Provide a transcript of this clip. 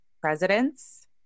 presidents